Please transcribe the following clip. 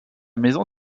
maison